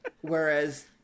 Whereas